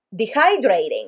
dehydrating